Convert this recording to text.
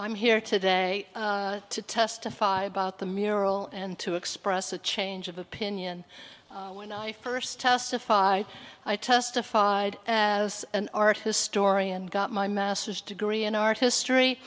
i'm here today to testify about the mural and to express a change of opinion when i first testified i testified as an art historian got my master's degree in art history